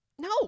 No